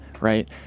right